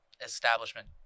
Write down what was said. establishment